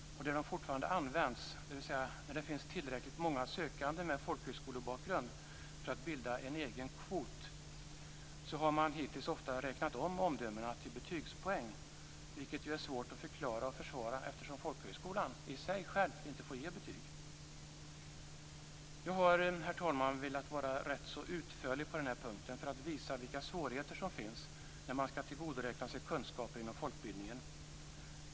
Och där de fortfarande används, dvs. när det finns tillräckligt många sökande med folkhögskolebakgrund för att de kan bilda en egen kvot, har man hittills ofta räknat om omdömena till betygspoäng, vilket ju är svårt att förklara och försvara, eftersom folkhögskolan inte får ge betyg. Herr talman! Jag har velat vara relativt utförlig på den här punkten för att visa vilka svårigheter som finns när man skall tillgodoräkna sig kunskaper inom folkbildningen.